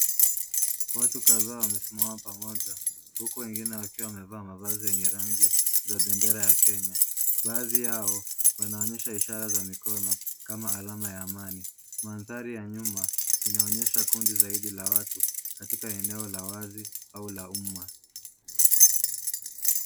Watu kdhaa wamesimama pamoja huku wengine wakiwa wamevaa mavazi yenye rangi za bendera ya Kenya. Baadhi yao wanaonyesha ishara za mikono kama alama ya amani. Mandhari ya nyuma inaonyesha kundi zaidi la watu latika eneo la wazi au la umma.